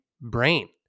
brain